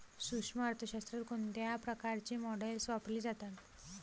सूक्ष्म अर्थशास्त्रात कोणत्या प्रकारची मॉडेल्स वापरली जातात?